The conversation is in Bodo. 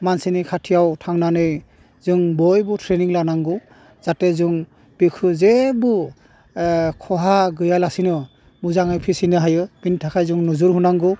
मानसिनि खाथियाव थांनानै जों बयबो ट्रेनिं लानांगौ जाहाथे जों बेखौ जेबो खहा गैया लासेनो मोजाङै फिसिनो हायो बिनि थाखाय जों नोजोर होनांगौ